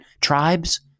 tribes